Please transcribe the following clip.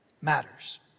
matters